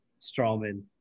Strawman